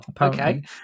Okay